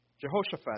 Jehoshaphat